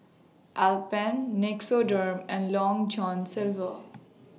Alpen Nixoderm and Long John Silver